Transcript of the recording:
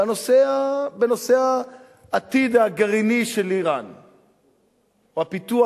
בנושא העתיד הגרעיני של אירן או הפיתוח